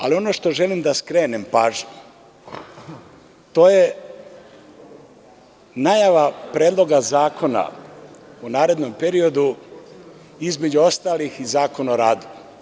Ali, ono što želim da skrenem pažnju to je najava predloga zakona, u narednom periodu, između ostalih i Zakon o radu.